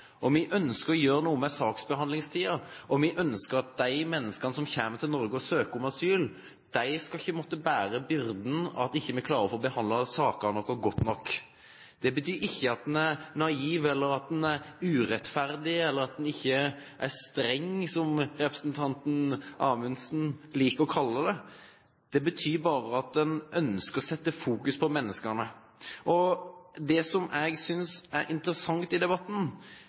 opphold. Vi ønsker å gjøre noe med saksbehandlingstiden, og vi ønsker at de menneskene som kommer til Norge og søker om asyl, ikke skal måtte bære byrden for at vi ikke klarer å få behandlet sakene våre godt nok. Det betyr ikke at en er naiv eller at en er urettferdig eller at en ikke er «streng», som representanten Amundsen liker å kalle det, det betyr bare at en ønsker å fokusere på menneskene. Det jeg synes er interessant i debatten,